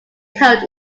coat